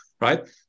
right